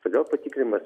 todėl patikrinimas